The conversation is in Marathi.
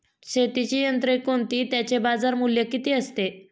शेतीची यंत्रे कोणती? त्याचे बाजारमूल्य किती असते?